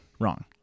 Wrong